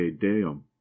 deum